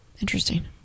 Interesting